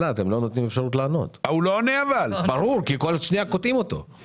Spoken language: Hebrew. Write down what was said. אני לא זוכר מקרה כזה כמו שיש היום ואני בטוח